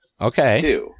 Okay